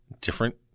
different